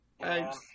Thanks